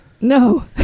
No